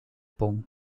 pont